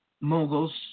moguls